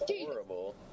horrible